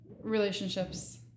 relationships